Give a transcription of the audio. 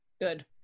Good